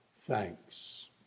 thanks